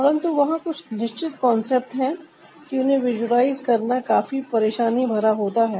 परंतु वहां कुछ निश्चित कांसेप्ट है कि उन्हें विजुलाइज करना काफी परेशानी भरा होता है